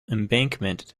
embankment